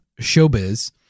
showbiz